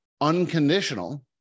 unconditional